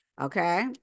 okay